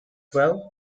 well